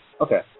okay